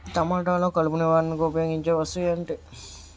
టమాటాలో కలుపు నివారణకు ఉపయోగించే వస్తువు ఏంటి?